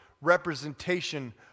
representation